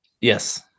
yes